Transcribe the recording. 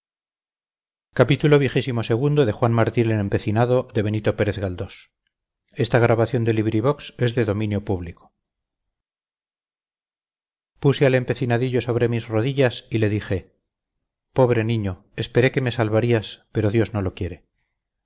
un momento desaparecía puse al empecinadillo sobre mis rodillas y le dije pobre niño esperé que me salvarías pero dios no lo quiere